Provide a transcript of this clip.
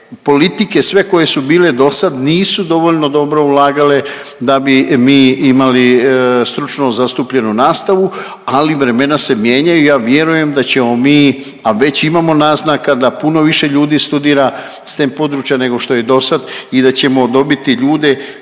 politike sve koje su bile dosad nisu dovoljno dobro ulagale da bi mi imali stručno zastupljenu nastavu, ali vremena se mijenjaju i ja vjerujem da ćemo mi, a već imamo naznaka da puno više ljudi studira stem područja nego što je dosad i da ćemo dobiti ljude